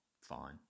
fine